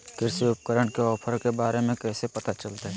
कृषि उपकरण के ऑफर के बारे में कैसे पता चलतय?